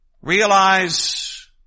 Realize